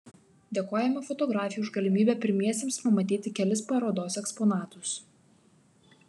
dėkojame fotografei už galimybę pirmiesiems pamatyti kelis parodos eksponatus